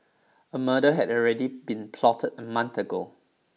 a murder had already been plotted a month ago